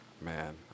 Man